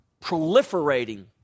proliferating